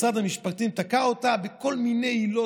משרד המשפטים תקע אותה בכל מיני עילות,